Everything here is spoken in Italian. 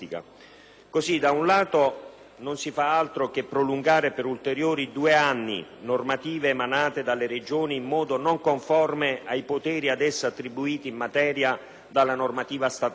non si fa altro che prolungare di ulteriori due anni normative emanate dalle Regioni in modo non conforme ai poteri ad esse attribuiti in materia dalla normativa statale, evidenziando